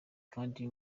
kandi